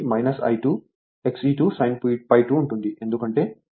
కాబట్టి ఇది I2 Xe 2 sin ∅2 ఉంటుందిఎందుకంటే E 2cosδ ను కనుగొనాలి